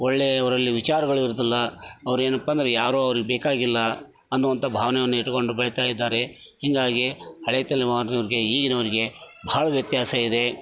ಒಳ್ಳೆ ಅವರಲ್ಲಿ ವಿಚಾರಗಳಿರೋದಿಲ್ಲ ಅವ್ರು ಏನಪ್ಪ ಅಂದ್ರೆ ಯಾರು ಅವ್ರಿಗೆ ಬೇಕಾಗಿಲ್ಲ ಅನ್ನುವಂತ ಭಾವನೆಯನ್ನು ಇಟ್ಕೊಂಡು ಬೆಳಿತಾ ಇದ್ದಾರೆ ಹೀಗಾಗಿ ಹಳೆ ತಲೆ ಮಾರಿನವ್ರಿಗೆ ಈಗಿನವ್ರಿಗೆ ಭಾಳ ವ್ಯತ್ಯಾಸ ಇದೆ